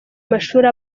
mashuri